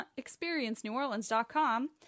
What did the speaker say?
experienceneworleans.com